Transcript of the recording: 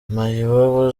mayibobo